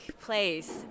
place